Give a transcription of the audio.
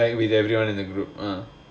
like with everyone in the group ah